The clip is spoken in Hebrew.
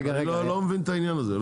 אני לא מבין את העניין הזה.